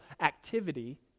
activity